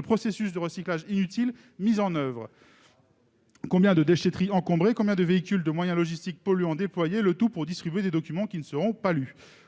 processus de recyclage inutiles mis en oeuvre ? Combien de déchetteries encombrées, combien de véhicules, de moyens logistiques polluants déployés, le tout pour distribuer des documents qui ne seront pas lus